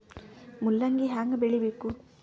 ಮೂಲಂಗಿ ಹ್ಯಾಂಗ ಬೆಳಿಬೇಕು?